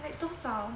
多少